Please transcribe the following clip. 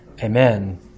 Amen